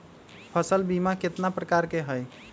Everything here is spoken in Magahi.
फसल बीमा कतना प्रकार के हई?